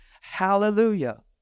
Hallelujah